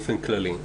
באופן כללי.